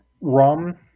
Rum